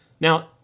Now